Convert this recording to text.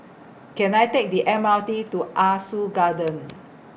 Can I Take The M R T to Ah Soo Garden